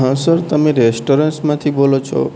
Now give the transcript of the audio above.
હા સર તમે રેસ્ટોરન્ટ્સમાાંથી બોલો છો